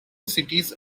cities